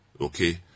Okay